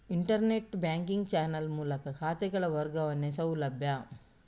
internet banking channel ಮೂಲಕ ಖಾತೆಗಳ ವರ್ಗಾವಣೆಯ ಸೌಲಭ್ಯ